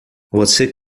você